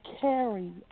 carry